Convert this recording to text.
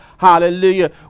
hallelujah